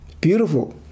Beautiful